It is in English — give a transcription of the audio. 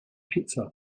pizza